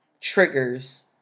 triggers